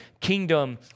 kingdom